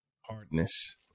Hardness